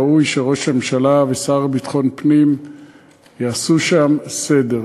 ראוי שראש הממשלה והשר לביטחון פנים יעשו שם סדר,